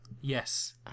Yes